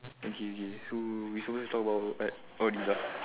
okay K so we supposed talk about what all this ah